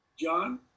John